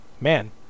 Man